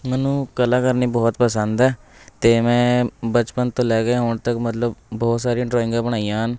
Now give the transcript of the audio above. ਮੈਨੂੰ ਕਲਾ ਕਰਨੀ ਬਹੁਤ ਪਸੰਦ ਹੈ ਅਤੇ ਮੈਂ ਬਚਪਨ ਤੋਂ ਲੈ ਕੇ ਹੁਣ ਤੱਕ ਮਤਲਬ ਬਹੁਤ ਸਾਰੀਆਂ ਡਰਾਇੰਗਾਂ ਬਣਾਈਆਂ ਹਨ